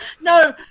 no